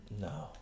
No